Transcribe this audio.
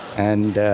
and,